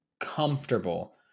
comfortable